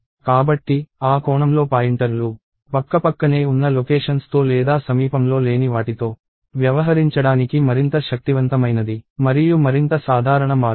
కాబట్టి ఆ కోణంలో పాయింటర్లు పక్కపక్కనే ఉన్న లొకేషన్స్ తో లేదా సమీపంలో లేని వాటితో వ్యవహరించడానికి మరింత శక్తివంతమైనది మరియు మరింత సాధారణ మార్గం